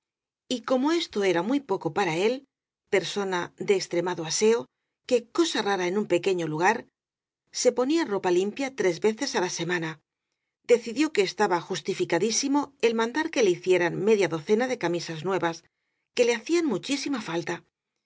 como esto era muy poco para él persona de extremado aseo que cosa rara en un pequeño lugar se ponía ropa limpia tres veces á la semana decidió que estaba justificadísimo el mandar que le hicieran media docena de camisas nuevas que le hacían muchísima falta